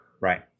right